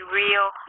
real